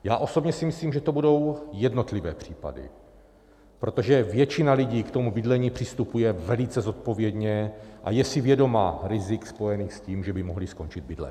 Já osobně si myslím, že to budou jednotlivé případy, protože většina lidí k tomu bydlení přistupuje velice zodpovědně a je si vědoma rizik spojených s tím, že by mohli skončit bydlet.